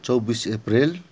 Chaubis April